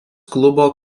klubo